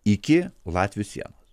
iki latvių sienos